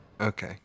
Okay